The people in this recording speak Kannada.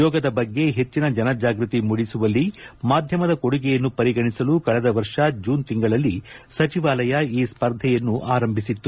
ಯೋಗದ ಬಗ್ಗೆ ಹೆಚ್ಚನ ಜನಜಾಗೃತಿ ಮೂಡಿಸುವಲ್ಲಿ ಮಾಧ್ಯಮದ ಕೊಡುಗೆಯನ್ನು ಪರಿಗಣಿಸಲು ಕಳೆದ ವರ್ಷ ಜೂನ್ ತಿಂಗಳಲ್ಲಿ ಸಚಿವಾಲಯ ಈ ಸ್ಪರ್ಧೆಯನ್ನು ಆರಂಭಿಸಿತ್ತು